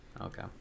Okay